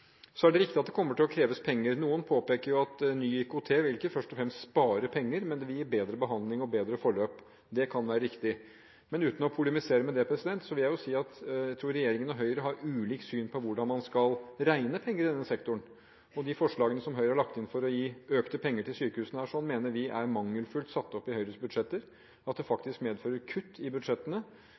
Så er det riktig at det kommer til å kreves penger. Noen påpeker at ny IKT ikke først og fremst vil spare penger, men at det vil gi bedre behandling og bedre forløp. Det kan være riktig. Uten å polemisere mot det, vil jeg si at jeg tror regjeringen og Høyre har ulikt syn på hvordan man skal regne penger i denne sektoren. De forslagene som Høyre har lagt inn for å gi økte penger til sykehusene, mener vi er mangelfullt satt opp i Høyres budsjetter – det medfører faktisk kutt i budsjettene.